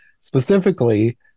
specifically